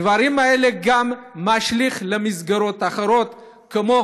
הדברים האלה משליכים גם על מסגרות אחרות, כמו